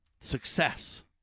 Success